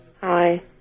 Hi